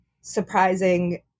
surprising